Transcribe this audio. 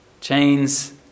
chains